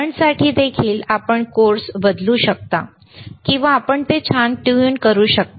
करंटसाठी देखील आपण कोर्स बदलू शकता किंवा आपण ते छान ट्यून करू शकता